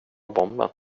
bomben